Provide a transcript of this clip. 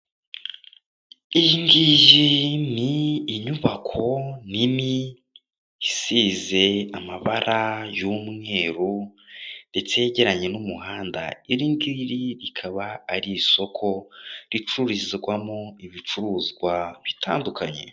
Iyi ngiyi ni inyubako nini isize amabara y'umweru ndetse yegeranye n'umuhanda, iri ingiri rikaba ari isoko ricururizwamo ibicuruzwa bitandukanye.